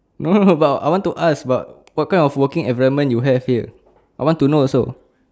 no but I want to ask but what kind of working environment you have here I want to know also